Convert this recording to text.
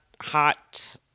hot